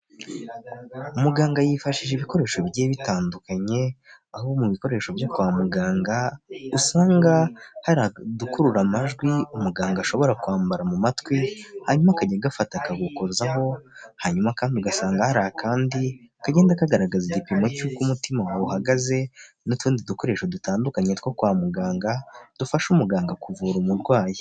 Muganga yifashishije ibikoresho bigiye bitandukanye, aho mu bikoresho byo kwa muganga dusanga hari udukurura amajwi umuganga ashobora kwambara mu matwi, hanyuma akajya agafata akagukozaho, hanyuma kandi ugasanga hari akandi kagenda kagaragaza igipimo cy'uko umutima wawe uhagaze n'utundi dukoresho dutandukanye two kwa muganga dufasha umuganga kuvura umurwayi.